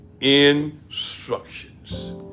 instructions